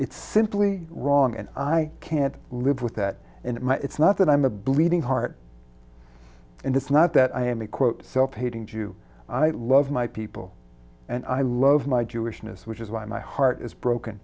it's simply wrong and i can't live with that and my it's not that i'm a bleeding heart and it's not that i am a quote self hating jew i love my people and i love my jewishness which is why my heart is broken